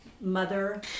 mother